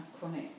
chronic